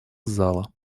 зала